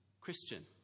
christian